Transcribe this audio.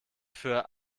für